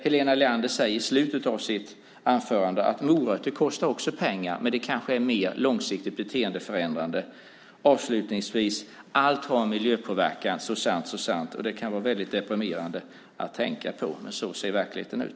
Helena Leander säger i slutet av sitt anförande att morötter också kostar pengar. Men de kanske är mer långsiktigt beteendeförändrande. Avslutningsvis: Allt har en miljöpåverkan - så sant, så sant! Det kan vara deprimerande att tänka på, men så ser verkligheten ut.